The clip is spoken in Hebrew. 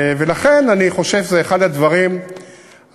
לכן, אני חושב שזה אחד הדברים החשובים,